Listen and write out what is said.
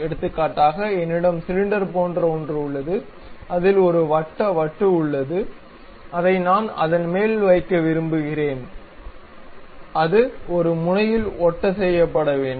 எடுத்துக்காட்டாக என்னிடம் சிலிண்டர் போன்ற ஒன்று உள்ளது அதில் ஒரு வட்ட வட்டு உள்ளது அதை நான் அதன்மேல் வைக்க விரும்புகிறேன் அது ஒரு முனையில் ஒட்டச்செய்யப்பட வேண்டும்